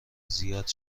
زیاد